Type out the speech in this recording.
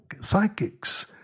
Psychics